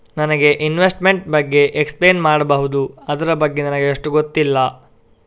ನನಗೆ ಇನ್ವೆಸ್ಟ್ಮೆಂಟ್ ಬಗ್ಗೆ ಎಕ್ಸ್ಪ್ಲೈನ್ ಮಾಡಬಹುದು, ಅದರ ಬಗ್ಗೆ ನನಗೆ ಅಷ್ಟು ಗೊತ್ತಿಲ್ಲ?